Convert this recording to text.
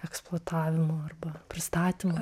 eksploatavimo arba pristatymo